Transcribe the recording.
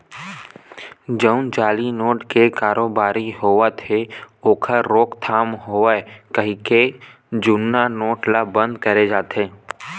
जउन जाली नोट के कारोबारी होवत हे ओखर रोकथाम होवय कहिके जुन्ना नोट ल बंद करे जाथे